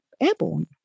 airborne